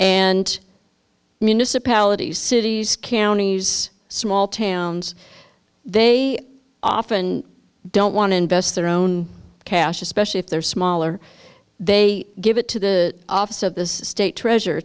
and municipalities cities counties small towns they often don't want to invest their own cash especially if they're smaller they give it to the office of this state treasure